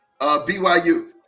BYU